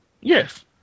Yes